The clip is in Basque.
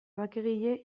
bakegile